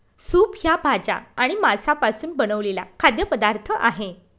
soup हा भाज्या आणि मांसापासून बनवलेला खाद्य पदार्थ आहे